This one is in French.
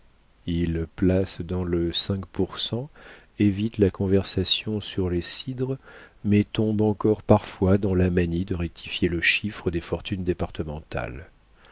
il place dans le cinq pour cent évite la conversation sur les cidres mais tombe encore parfois dans la manie de rectifier le chiffre des fortunes départementales